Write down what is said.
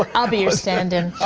ah i'll be your stand in.